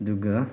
ꯑꯗꯨꯒ